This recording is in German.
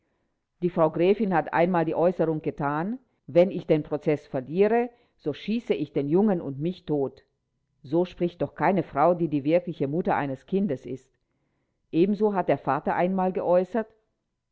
die frau gräfin hat einmal die äußerung getan wenn ich den prozeß verliere so schieße ich den jungen und mich tot so spricht doch keine frau die die wirkliche mutter eines kindes ist ebenso hat der vater einmal geäußert